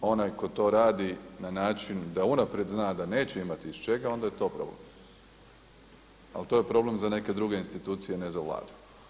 Onaj tko to radi na način da unaprijed zna da neće imati iz čega onda je to problem, ali to je problem za neke druge institucije, ne za Vladu.